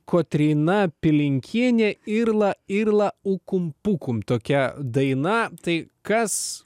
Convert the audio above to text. kotryna pilinkienė ir la ir la ukumpukum tokia daina tai kas